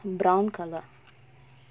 brown colour